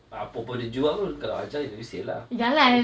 apa apa juga pun kalau dah ajal like what you say lah